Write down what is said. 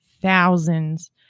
thousands